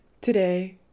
Today